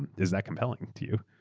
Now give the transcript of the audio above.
and is that compelling to you?